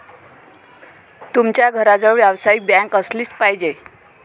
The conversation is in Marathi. तुमच्या घराजवळ व्यावसायिक बँक असलीच पाहिजे